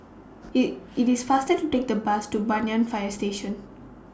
IT IT IS faster to Take The Bus to Banyan Fire Station